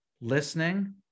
listening